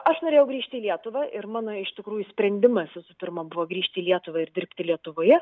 aš norėjau grįžti į lietuvą ir mano iš tikrųjų sprendimas visų pirma buvo grįžti į lietuvą ir dirbti lietuvoje